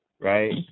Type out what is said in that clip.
right